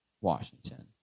Washington